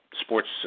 sports